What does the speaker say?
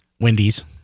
Wendy's